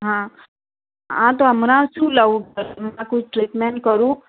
હા હા તો હમણાં શું લઉં હમણાં કોઈ ટ્રીટમેન્ટ કરું